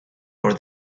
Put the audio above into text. for